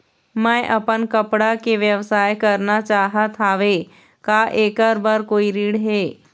मैं अपन कपड़ा के व्यवसाय करना चाहत हावे का ऐकर बर कोई ऋण हे?